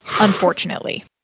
Unfortunately